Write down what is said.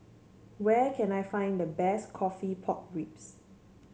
where can I find the best coffee Pork Ribs